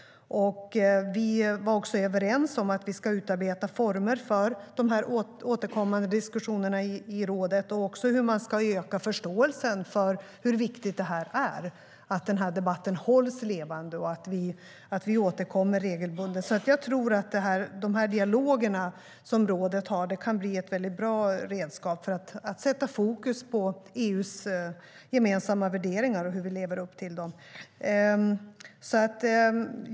Vi var också överens om att vi ska utarbeta former för de återkommande diskussionerna i rådet och för hur man ska öka förståelsen för hur viktigt det är att debatten hålls levande och att vi återkommer regelbundet. Jag tror alltså att de dialoger rådet har kan bli ett bra redskap för att sätta fokus på EU:s gemensamma värderingar och hur vi lever upp till dem.